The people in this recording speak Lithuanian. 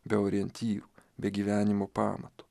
be orientyrų be gyvenimo pamatų